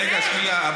רגע, שנייה.